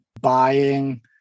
buying